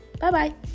Bye-bye